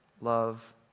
Love